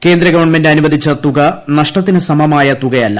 കേന്ദ്ര ഗവൺമെന്റ് അനുവദിച്ച തുക നഷ്ടത്തിന് സമമായ തുകയല്ല